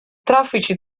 traffici